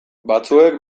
batzuek